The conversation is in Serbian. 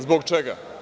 Zbog čega?